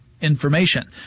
information